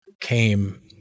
came